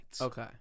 Okay